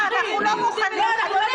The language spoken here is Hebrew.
אני לא מבין את זה.